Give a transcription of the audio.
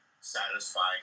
satisfying